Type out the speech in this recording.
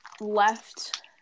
left